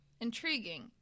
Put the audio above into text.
intriguing